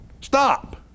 stop